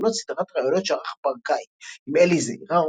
אחרונות סדרת ראיונות שערך ברקאי עם אלי זעירא,